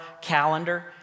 calendar